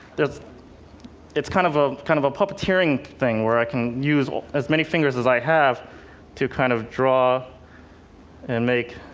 it's it's kind of ah kind of a puppeteering thing, where i can use as many fingers as i have to kind of draw and make